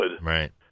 Right